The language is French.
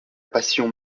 passion